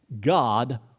God